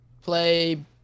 play